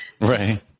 Right